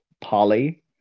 Polly